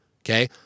Okay